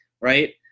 right